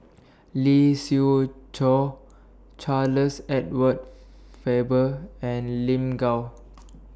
Lee Siew Choh Charles Edward Faber and Lin Gao